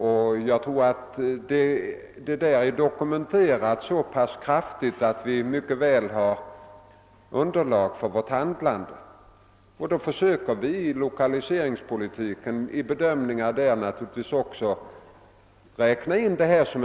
Detta förhållande torde vara så pass väl dokumenterat att vi har ett mycket gott underlag för vårt handlande. Vi försöker naturligtvis också vid bedömningen av lokaliseringspolitiken ta hänsyn till denna faktor.